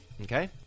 Okay